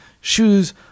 shoes